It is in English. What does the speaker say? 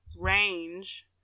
range